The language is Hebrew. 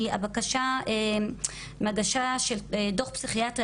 היא הבקשה של דוח פסיכיאטרי,